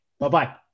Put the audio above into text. Bye-bye